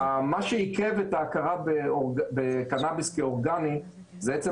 מה שעיכב את ההכרה בקנאביס כאורגני זה עצם